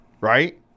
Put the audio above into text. right